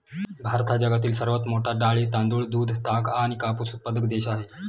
भारत हा जगातील सर्वात मोठा डाळी, तांदूळ, दूध, ताग आणि कापूस उत्पादक देश आहे